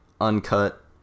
uncut